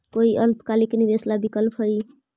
कोई अल्पकालिक निवेश ला विकल्प हई?